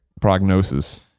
Prognosis